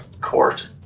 court